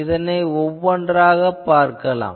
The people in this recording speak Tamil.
இதை ஒவ்வொன்றாகப் பார்க்கலாம்